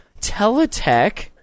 Teletech